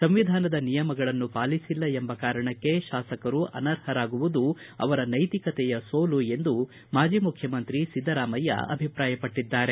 ಸಂವಿಧಾನದ ನಿಯಮಗಳನ್ನು ಪಾಲಿಸಿಲ್ಲ ಎಂಬ ಕಾರಣಕ್ಕೆ ಶಾಸಕರು ಅನರ್ಹರಾಗುವುದು ಅವರ ನೈತಿಕತೆಯ ಸೋಲು ಎಂದು ಮಾಜಿ ಮುಖ್ಯಮಂತ್ರಿ ಸಿದ್ದರಾಮಯ್ಯ ಅಭಿಪ್ರಾಯಪಟ್ಟದ್ದಾರೆ